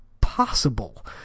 possible